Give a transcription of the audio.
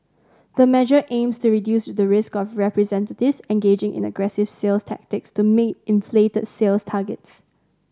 the measure aims to reduce the risk of representatives this engaging in aggressive sales tactics to meet inflated sales targets